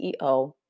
CEO